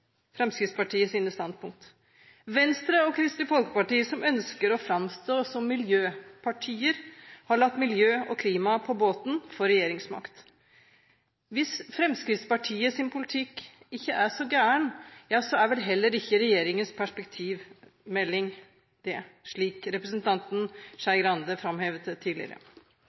Fremskrittspartiet og deres klimapolitikk som i dagens debatt. Ja, de forsvarer faktisk Fremskrittspartiets standpunkter. Venstre og Kristelig Folkeparti, som ønsker å framstå som miljøpartier, har gitt miljø og klima på båten for å få regjeringsmakt. Hvis Fremskrittspartiets politikk ikke er så gal, ja, så er vel heller ikke regjeringens perspektivmelding det, slik representanten Skei Grande